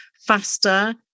faster